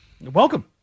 Welcome